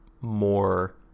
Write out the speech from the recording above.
more